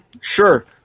Sure